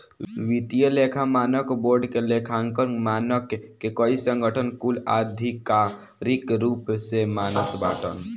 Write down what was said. वित्तीय लेखा मानक बोर्ड के लेखांकन मानक के कई संगठन कुल आधिकारिक रूप से मानत बाटन